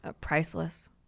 Priceless